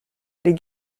les